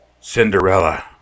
Cinderella